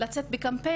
רצינו לצאת בקמפיין,